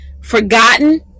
Forgotten